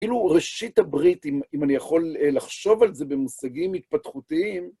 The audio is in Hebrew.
כאילו ראשית הברית, אם אני יכול לחשוב על זה במושגים התפתחותיים,